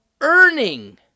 earning